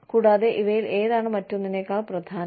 കൂടാതെ ഇവയിൽ ഏതാണ് മറ്റൊന്നിനെക്കാൾ പ്രധാനം